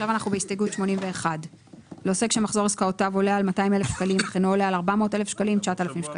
הסתייגות 62 היא כמו הסתייגות 60. אנחנו